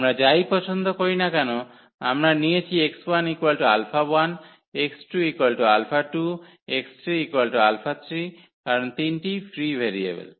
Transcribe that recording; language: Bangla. আমরা যাই পছন্দ করি না কেন আমরা নিয়েছি ⇒ x1𝛼1 x2𝛼2 x3𝛼3 কারণ তিনটিই ফ্রি ভেরিয়েবল